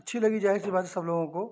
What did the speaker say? अच्छी लगी ज़ाहिर सी बात है सब लोगों को